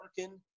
working